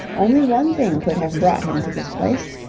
only one thing could have brought him to this place.